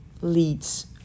leads